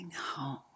home